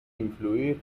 influir